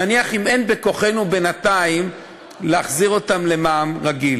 נניח אם אין בכוחנו בינתיים להחזיר אותם למע"מ רגיל